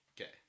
Okay